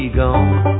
gone